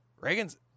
Reagan's